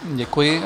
Děkuji.